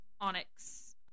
onyx